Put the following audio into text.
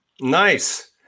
Nice